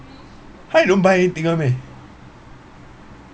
!huh! you don't buy anything one meh